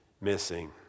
missing